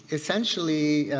essentially